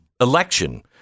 election